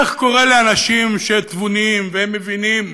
איך קורה לאנשים שהם תבוניים, והם מבינים